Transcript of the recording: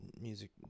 music